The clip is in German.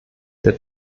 der